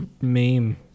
meme